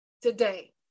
today